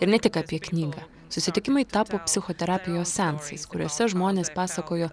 ir ne tik apie knygą susitikimai tapo psichoterapijos seansais kuriuose žmonės pasakojo